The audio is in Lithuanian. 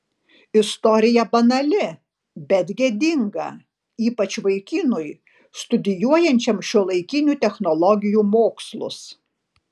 istorija banali bet gėdinga ypač vaikinui studijuojančiam šiuolaikinių technologijų mokslus